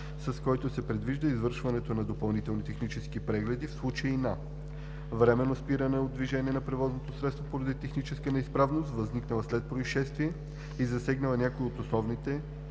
с който се предвижда извършването на допълнителни технически прегледи в случай на: временно спиране от движение на превозното средство поради техническа неизправност, възникнала след произшествие и засегнала някои от следните